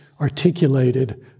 articulated